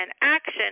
action